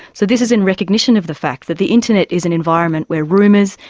so this is in recognition of the fact that the internet is an environment where rumours,